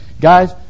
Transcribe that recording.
Guys